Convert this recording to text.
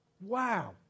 Wow